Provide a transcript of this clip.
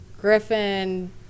Griffin